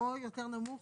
שכרו יותר נמוך,